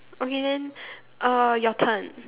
okay then uh your turn